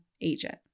agent